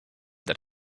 that